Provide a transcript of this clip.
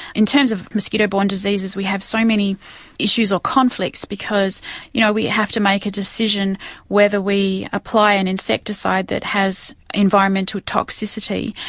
in terms of mosquito borne diseases we have so many issues or conflicts because you know we have to make a decision whether we apply an insecticide that has environmental toxicity,